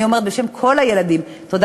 אז אני אומרת בשם כל הילדים,